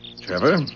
Trevor